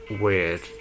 weird